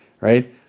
right